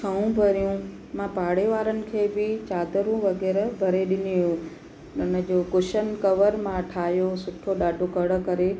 छऊं भरियूं मां पाड़े वारनि खे बि चादरूं वग़ैरह भरे ॾिनियूं उन जो कुशन कवर मां ठाहियो सुठो ॾाढो कढ़ करे